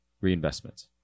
reinvestment